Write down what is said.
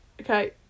okay